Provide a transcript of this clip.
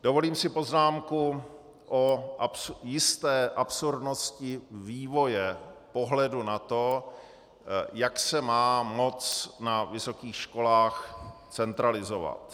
Dovolím si poznámku o jisté absurdnosti vývoje pohledu na to, jak se má moc na vysokých školách centralizovat.